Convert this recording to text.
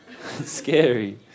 scary